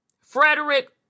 Frederick